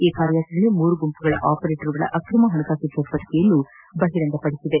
ಈ ಕಾರ್ಯಾಚರಣೆ ಮೂರು ಗುಂಪುಗಳ ಆಪರೇಟರುಗಳ ಅಕ್ರಮ ಹಣಕಾಸು ಚಟುವಟಿಕೆಯನ್ನು ಹೊರಗೆಳೆದಿದೆ